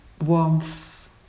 warmth